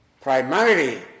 primarily